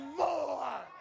more